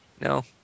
No